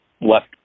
left